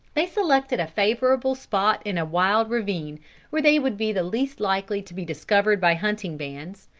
they selected a favorable spot in a wild ravine where they would be the least likely to be discovered by hunting bands,